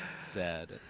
sad